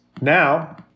Now